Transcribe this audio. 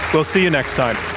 we'll see you next time.